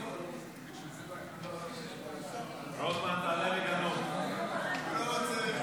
הצעת חוק הרשות הלאומית למאבק בעוני,